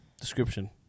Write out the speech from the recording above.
description